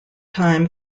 time